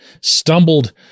stumbled